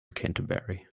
canterbury